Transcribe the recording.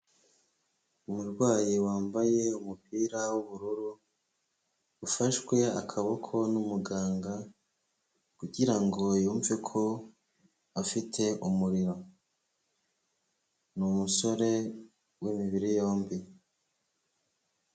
Umurwayi wambaye umupira w'ubururu ufashwe akaboko n'umuganga kugira ngo yumve ko afite umuriro ni umusore w'imibiri yombi.